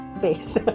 face